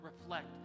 reflect